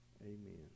Amen